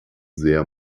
sehr